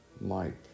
Mike